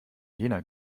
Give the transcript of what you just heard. jena